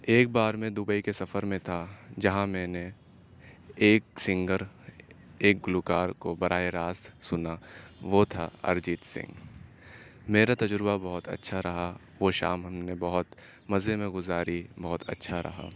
ایک بار میں دبئی کے سفر میں تھا جہاں میں نے ایک سنگر ایک گلوکار کو براہ راست سنا وہ تھا ارجیت سنگھ میرا تجربہ بہت اچھا رہا وہ شام ہم نے بہت مزے میں گزاری بہت اچھا رہا